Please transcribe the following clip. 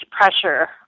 pressure